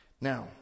now